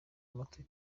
amatwi